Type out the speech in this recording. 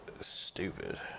stupid